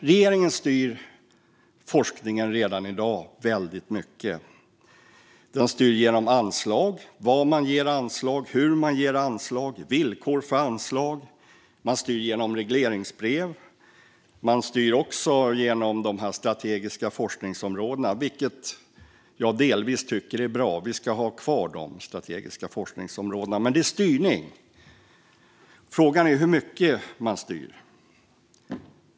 Regeringen styr redan i dag forskningen mycket. Den styr genom anslag, var man ger anslag, hur man ger anslag, villkor för anslag, genom regleringsbrev och de strategiska forskningsområdena. Vi ska ha kvar de strategiska forskningsområdena - de är delvis bra. Men det är fråga om styrning. Frågan är hur mycket man ska styra.